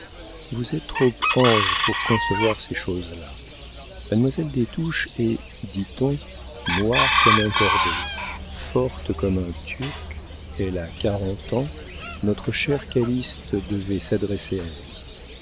vous êtes trop ange pour concevoir ces choses-là mademoiselle des touches est dit ton noire comme un corbeau forte comme un turc elle a quarante ans notre cher calyste devait s'adresser à elle